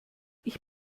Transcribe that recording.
ich